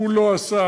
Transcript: הוא לא עשה,